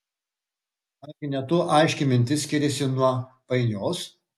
argi ne tuo aiški mintis skiriasi nuo painios